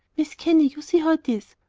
mis kenny, you see how t is.